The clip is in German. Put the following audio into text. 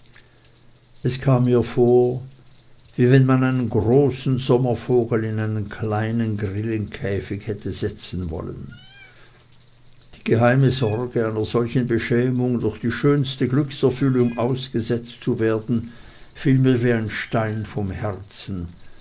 es kam mir vor wie wenn man einen großen sommervogel in einen kleinen grillenkäficht hätte setzen wollen die geheime sorge einer solchen beschämung durch die schönste glückserfüllung ausgesetzt zu werden fiel mir wie ein stein vom herzen